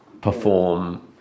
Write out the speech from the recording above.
perform